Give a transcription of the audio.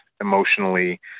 emotionally